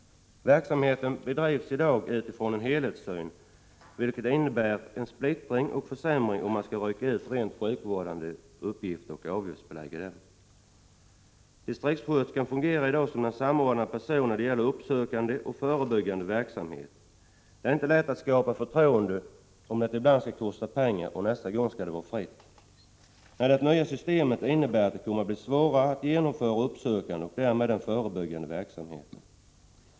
Verksamheten bedrivs i dag utifrån en helhetssyn, och det innebär en splittring och en försämring om man nu skall rycka ut de rent sjukvårdande uppgifterna och avgiftsbelägga dem. Distriktssköterskan fungerar i dag som en samordnande person när det gäller uppsökande och förebyggande verksamhet. Det är inte lätt att skapa förtroende, om omvårdnaden ibland skall kosta pengar och nästa gång skall vara fri. Det nya systemet innebär i stället att det kommer att bli svårare att genomföra uppsökande och därmed förebyggande verksamhet.